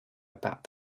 about